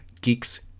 Geeks